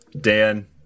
Dan